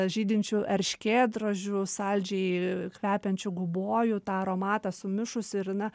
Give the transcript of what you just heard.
žydinčių erškėtrožių saldžiai kvepiančių gubojų tą aromatą sumišusį ir na